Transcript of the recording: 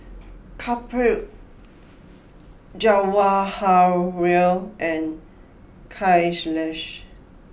Kapil Jawaharlal and Kailash